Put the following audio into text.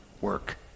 work